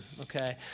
okay